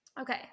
okay